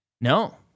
no